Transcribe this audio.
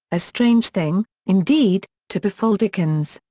a strange thing, indeed, to befall dickens.